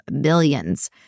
billions